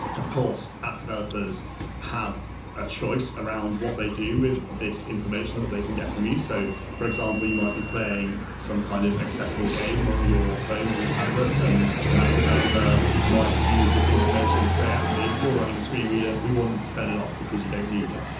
of course, app developers have a choice around what they do with this information that they can get from you, so, for example, you might playing some kind of accessible game on your phone or your tablet and an app developer might use this information to say actually you're running a screen reader, we want you to turn it off because you don't need it.